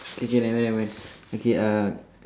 K K nevermind nevermind okay ah